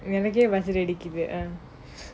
we have a gay resolutely keep it or